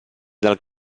dal